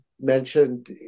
mentioned